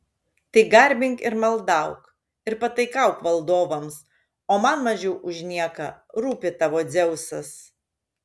tai garbink ir maldauk ir pataikauk valdovams o man mažiau už nieką rūpi tavo dzeusas